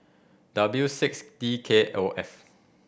W six D K O F